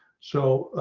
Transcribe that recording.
so